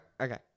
Okay